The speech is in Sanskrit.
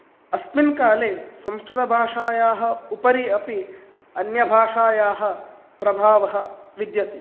अस्मिन् काले संस्कृतभाषायाः उपरि अपि अन्यभाषायाः प्रभावः विद्यते